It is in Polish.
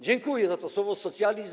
Dziękuję za to słowo „socjalizm”